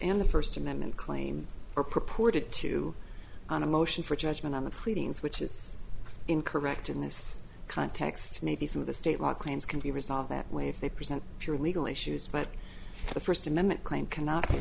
and the first amendment claim or purported to on a motion for judgment on the pleadings which is incorrect in this context maybe some of the state law claims can be resolved that way if they present your legal issues but the first amendment claim cannot be